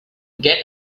get